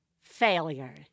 failure